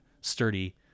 sturdy